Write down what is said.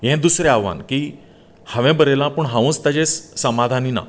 हें दुसरें आव्हान की हांवें बरयलां पूण हांवच ताजेर समाधानी ना